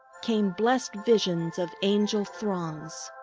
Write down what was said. came blest visions of angel throngs,